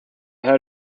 had